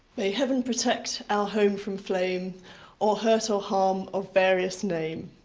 may heav'n protect our home from flame or hurt or harm of various name!